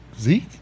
Zeke